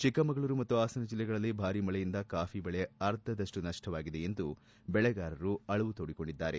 ಚಿಕ್ಕಮಗಳೂರು ಮತ್ತು ಪಾಸನ ಜಿಲ್ಲೆಗಳಲ್ಲಿ ಭಾರಿ ಮಳೆಯಿಂದ ಕಾಫಿ ಬೆಳೆ ಅರ್ಧದಷ್ಟು ನಷ್ಟವಾಗಿದೆ ಎಂದು ಬೆಳೆಗಾರರು ಅಳುವು ಕೊಡಿಕೊಂಡಿದ್ದಾರೆ